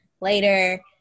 later